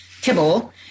kibble